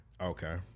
okay